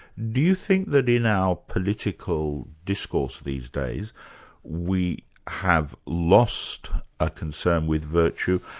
do you think that in our political discourse these days we have lost a concern with virtue,